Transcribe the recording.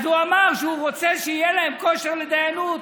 הוא אמר שהוא רוצה שיהיה להם כושר לדיינות.